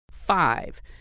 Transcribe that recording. Five